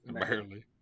Barely